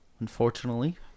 Unfortunately